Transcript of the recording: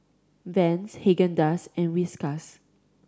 Vans Haagen Dazs and Whiskas